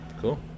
Cool